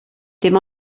dim